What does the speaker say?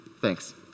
Thanks